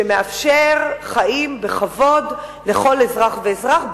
שמאפשר חיים בכבוד לכל אזרח ואזרח,